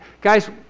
guys